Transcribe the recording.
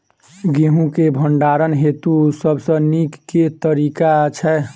गेंहूँ केँ भण्डारण हेतु सबसँ नीक केँ तरीका छै?